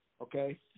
Okay